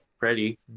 ready